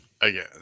Again